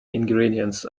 ingredients